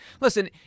Listen